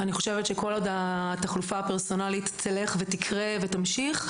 אני חושבת שכל עוד התחלופה הפרסונלית תלך ותקרה ותמשיך,